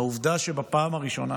העובדה שבפעם הראשונה